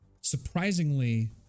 Surprisingly